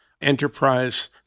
Enterprise